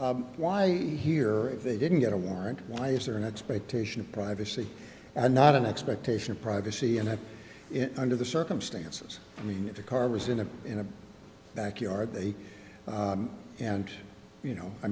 car why here they didn't get a warrant why is there an expectation of privacy and not an expectation of privacy and under the circumstances i mean if the car was in a in a backyard they and you know i